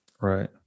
right